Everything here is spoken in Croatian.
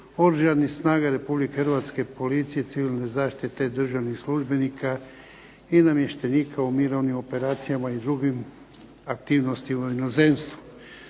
Oružanih snaga RH, Policije, Civilne zaštite, državnih službenika i namještenika u mirovnim operacijama i drugim aktivnostima u inozemstvu.